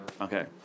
Okay